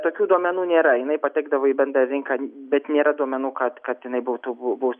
tokių duomenų nėra jinai patekdavo į bendrą rinką bet nėra duomenų kad kad jinai būtų buvus